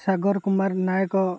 Sagar Kumar Nayak